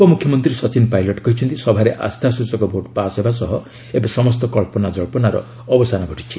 ଉପମୁଖ୍ୟମନ୍ତ୍ରୀ ସଚିନ୍ ପାଇଲଟ କହିଛନ୍ତି ସଭାରେ ଆସ୍ଥାସ୍ବଚକ ଭୋଟ୍ ପାଶ୍ ହେବା ସହ ଏବେ ସମସ୍ତ କଳ୍ପନାଜଳ୍ପନାର ଅବସାନ ଘଟିଛି